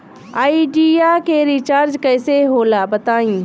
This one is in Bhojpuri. आइडिया के रिचार्ज कइसे होला बताई?